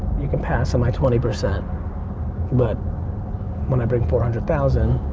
you can pass on my twenty percent but when i bring four hundred thousand,